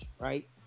Right